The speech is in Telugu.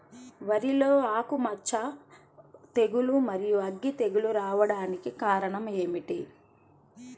వరిలో ఆకుమచ్చ తెగులు, మరియు అగ్గి తెగులు రావడానికి కారణం ఏమిటి?